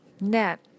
net